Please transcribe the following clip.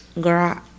girl